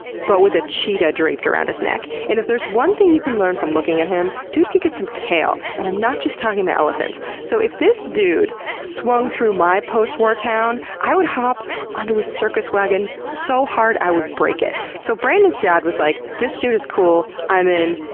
but with a cheetah draped around his neck. and if there's one thing you can learn from looking at him, dude could get some tail, and i'm not just talking about elephants. so, i this dude swung through my post-war town, i would hop onto a circus wagon so hard i would break it. so brandon's dad was like, this dude is cool, i'm in,